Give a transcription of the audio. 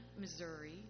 Missouri